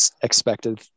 expected